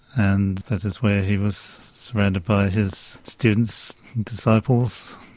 and that is where he was surrounded by his students and disciples,